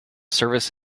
service